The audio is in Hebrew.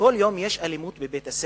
יש אלימות בבית-הספר,